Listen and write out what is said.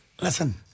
listen